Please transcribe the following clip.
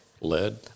Led